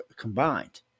combined